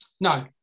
No